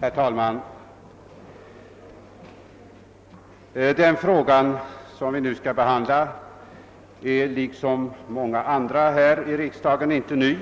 Herr talman! Den fråga som vi nu skall behandla är, liksom många andra här i riksdagen, inte ny.